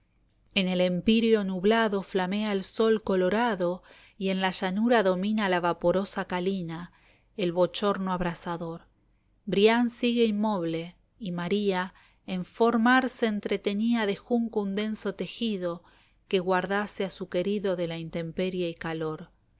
en el empíreo nublado flamea el sol colorado y en la llanura domina la vaporosa calina el bftchorno abrasador brian sigue inmoble y maría en formar se entretenía de junco un denso tejido que guardase a su querido de la intemperie y calor